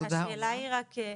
השאלה היא רק,